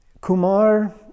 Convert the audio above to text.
Kumar